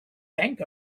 bank